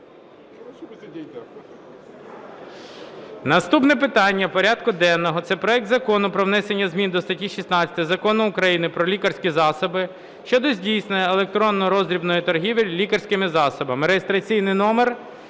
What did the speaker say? Наступне питання порядку денного це проект Закону про внесення змін до статті 19 Закону України "Про лікарські засоби" щодо здійснення електронної роздрібної торгівлі лікарськими засобами (реєстраційний номер